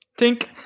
Tink